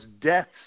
deaths